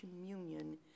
Communion